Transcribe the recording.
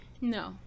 No